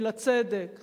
בשביל הצדק